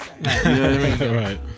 right